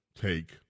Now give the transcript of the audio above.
take